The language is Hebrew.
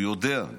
הוא יודע,